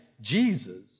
Jesus